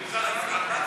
המשרד לשיתוף פעולה,